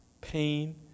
pain